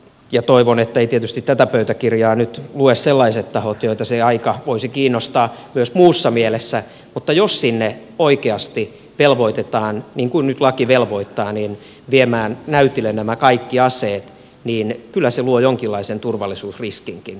ja toivon etteivät tietysti tätä pöytäkirjaa nyt lue sellaiset tahot joita se aika voisi kiinnostaa myös muussa mielessä mutta jos sinne oikeasti velvoitetaan niin kuin nyt laki velvoittaa viemään näytille nämä kaikki aseet niin kyllä se luo jonkinlaisen turvallisuusriskinkin